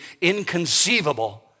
inconceivable